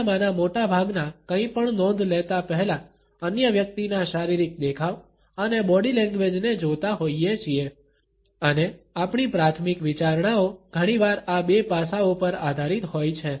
આપણામાંના મોટા ભાગના કંઇપણ નોંધ લેતા પહેલા અન્ય વ્યક્તિના શારીરિક દેખાવ અને બોડી લેંગ્વેજને જોતા હોઈએ છીએ અને આપણી પ્રાથમિક વિચારણાઓ ઘણીવાર આ બે પાસાઓ પર આધારિત હોય છે